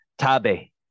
Tabe